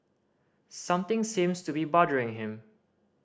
something seems to be bothering him